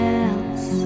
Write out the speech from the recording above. else